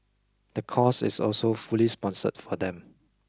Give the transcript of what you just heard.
the course is also fully sponsored for them